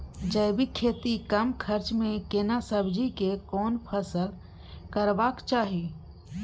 जैविक खेती कम खर्च में केना सब्जी के कोन फसल करबाक चाही?